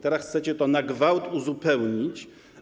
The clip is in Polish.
Teraz chcecie to na gwałt uzupełnić.